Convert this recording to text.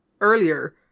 earlier